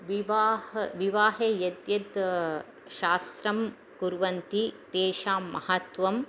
विवाहः विवाहे यद्यद् शास्रं कुर्वन्ति तेषां महत्त्वं